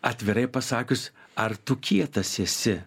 atvirai pasakius ar tu kietas esi